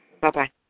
Bye-bye